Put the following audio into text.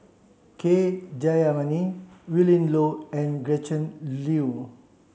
K Jayamani Willin Low and Gretchen Liu